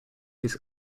his